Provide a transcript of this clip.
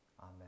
Amen